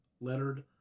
lettered